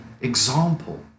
example